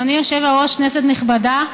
אדוני היושב-ראש, כנסת נכבדה,